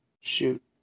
shoot